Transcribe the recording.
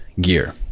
gear